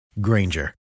Granger